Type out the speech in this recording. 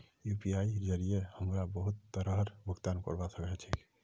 यूपीआईर जरिये हमरा बहुत तरहर भुगतान करवा सके छी